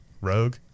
Rogue